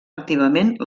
activament